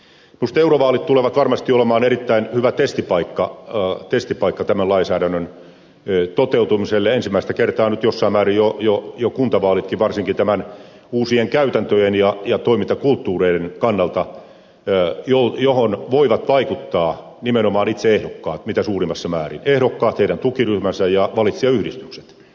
minusta eurovaalit tulevat varmasti olemaan erittäin hyvä testipaikka tämän lainsäädännön toteutumiselle ensimmäistä kertaa nyt jossain määrin jo kuntavaalitkin varsinkin uusien käytäntöjen ja toimintakulttuureiden kannalta joihin voivat vaikuttaa nimenomaan itse ehdokkaat mitä suurimmassa määrin ehdokkaat heidän tukiryhmänsä ja valitsijayhdistykset